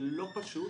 זה לא פשוט.